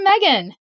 Megan